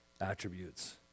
attributes